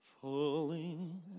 falling